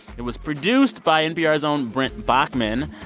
it was produced by npr's own brent baughman.